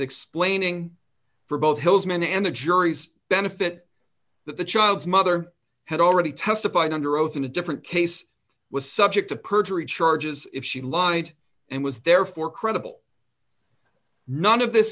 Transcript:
explaining for both his men and the jury's benefit that the child's mother had already testified under oath in a different case was subject to perjury charges if she lied and was therefore credible none of this